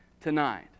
tonight